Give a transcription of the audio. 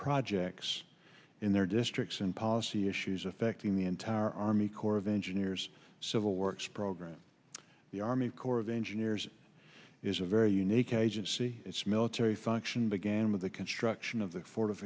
projects in their districts and policy issues affecting the entire army corps of engineers civil works program the army corps of engineers is a very unique agency its military function began with the construction of